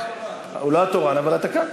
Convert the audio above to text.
השר, הוא לא התורן, אבל אתה כאן.